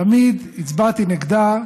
תמיד הצבעתי נגדה,